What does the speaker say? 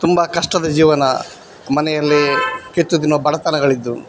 ತುಂಬ ಕಷ್ಟದ ಜೀವನ ಮನೆಯಲ್ಲಿ ಕಿತ್ತು ತಿನ್ನುವ ಬಡತನಗಳು ಇದ್ದವು